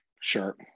sure